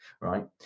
right